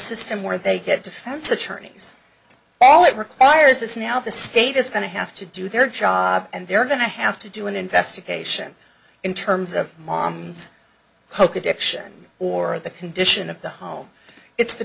system where they get defense attorneys all it requires is now the state is going to have to do their job and they're going to have to do an investigation in terms of mom's hoke addiction or the condition of the home it's the